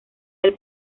del